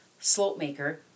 Slopemaker